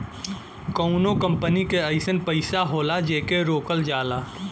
कउनो कंपनी के अइसन पइसा होला जेके रोकल जाला